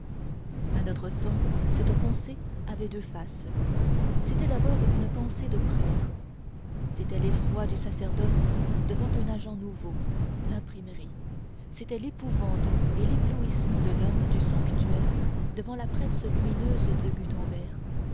à notre sens cette pensée avait deux faces c'était d'abord une pensée de prêtre c'était l'effroi du sacerdoce devant un agent nouveau l'imprimerie c'était l'épouvante et l'éblouissement de l'homme du sanctuaire devant la presse lumineuse de gutenberg